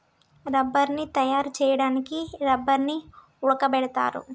రబ్బర్ని తయారు చేయడానికి రబ్బర్ని ఉడకబెడతారు